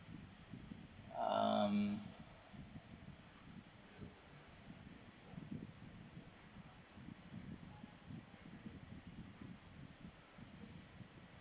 um